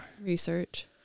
research